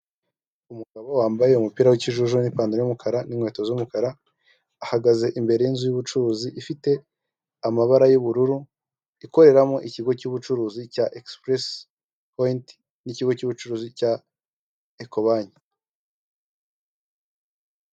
Umugabo wambaye umupira w'ikijuju n'ipantaro y'umukara n'inkweto z'umukara, ahagaze imbere y'inzu y'ubucuruzi ifite amabara y'ubururu ikoreramo ikigo cy'ubucuruzi cya egisipuresi powenti, ni ikigo cy'ubucuruzi cya eko banki.